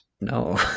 No